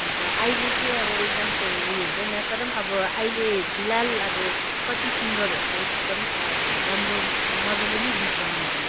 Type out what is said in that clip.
अन्त अहिले चाहिँ अब एकदम त्यो उयो हुँदैन तर अब अहिले फिलहाल अब कति सिङ्गरहरू त यस्तो पनि छ अब राम्रो मजाले नै गीत गाउनेहरू